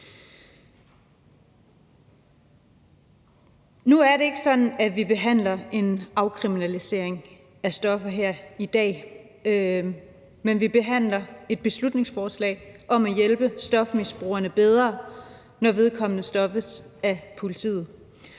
Nu er det ikke sådan, at vi behandler en afkriminalisering af stoffer her i dag, men vi behandler et beslutningsforslag om at hjælpe stofmisbrugerne bedre, når de stoppes af politiet.